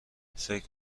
فکر